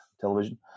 television